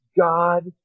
God